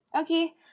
Okay